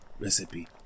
recipe